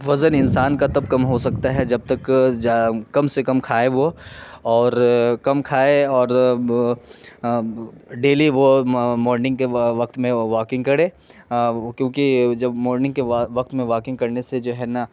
وزن انسان کا تب کم ہو سکتا ہے جب تک کم سے کم کھائے وہ اور کم کھائے اور ڈیلی وہ مارننگ کے وقت میں وہ واکنگ کرے کیونکہ جب مارننگ کے وقت میں واکنگ کرنے سے جو ہے نا